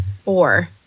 four